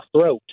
throat